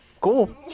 Cool